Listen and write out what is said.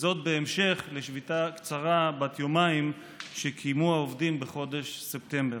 וזאת בהמשך לשביתה קצרה בת יומיים שקיימו העובדים בחודש ספטמבר.